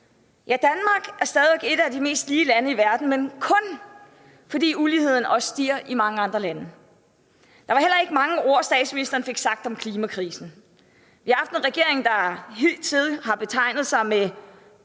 Ja, Danmark er stadig væk et af de mest lige lande i verden, men kun fordi uligheden også stiger i mange andre lande. Det var heller ikke mange ord, statsministeren fik sagt om klimakrisen. Vi har haft en regering, der hidtil har smykket sig med